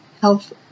Health